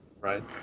Right